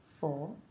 four